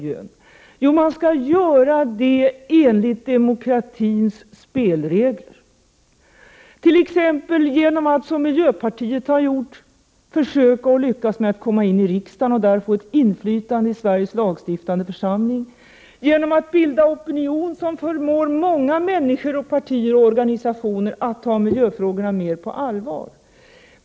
Jo, man skall göra det enligt demokratins spelregler — t.ex. genom att försöka, som miljöpartiet har gjort och även lyckats med, att komma in i riksdagen och därmed få ett inflytande i Sveriges lagstiftande församling, eller genom att skapa en opinion som förmår många människor, partier och organisationer att ta miljöfrågorna på större allvar.